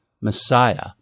Messiah